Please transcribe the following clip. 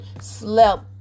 slept